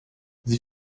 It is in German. sie